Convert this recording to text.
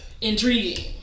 Intriguing